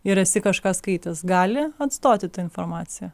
ir esi kažką skaitęs gali atstoti ta informacija